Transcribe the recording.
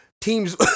teams